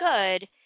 good